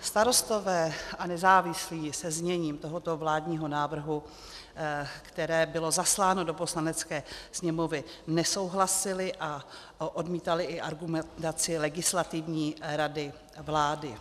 Starostové a nezávislí se zněním tohoto vládního návrhu, které bylo zasláno do Poslanecké sněmovny, nesouhlasili a odmítali i argumentaci Legislativní rady vlády.